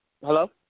Hello